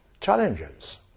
challenges